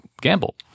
gamble